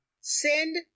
send